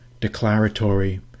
declaratory